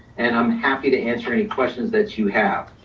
and i'm happy to answer any questions that you have.